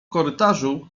korytarzu